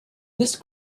this